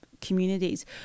communities